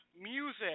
music